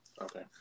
Okay